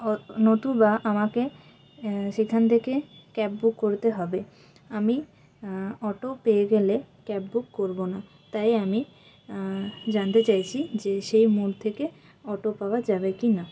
অত নতুবা আমাকে সেখান থেকে ক্যাব বুক করতে হবে আমি অটো পেয়ে গেলে ক্যাব বুক করবো না তাই আমি জানতে চেয়েছি যে সেই মোর থেকে অটো পাওয়া যাবে কি না